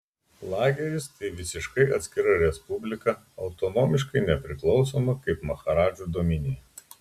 lageris tai visiškai atskira respublika autonomiškai nepriklausoma kaip maharadžų dominija